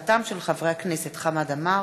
חברי הכנסת חמד עמאר,